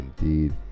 indeed